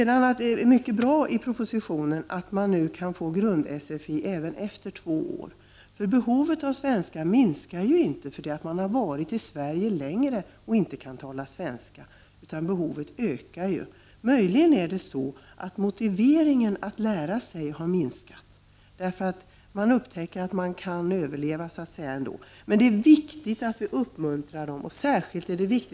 Det är mycket bra att man nu i propositionen föreslår att man kan få grund-sfi även efter två år. Behovet av att lära sig svenska minskar ju inte när man varit i Sverige en längre tid och inte kan tala svenska, utan behovet ökar, men motiveringen att lära sig minskar. Människor upptäcker att de kan överleva ändå. Det är viktigt att vi uppmuntrar invandrarna att lära sig svenska, och det — Prot.